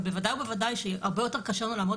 אבל בוודאי ובוודאי שהרבה יותר קשה לנו לעמוד